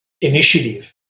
initiative